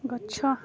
ଗଛ